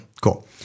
Cool